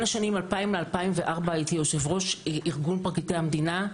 השנים 2000 ל-2004 הייתי יושבת ראש ארגון פרקליטי המדינה,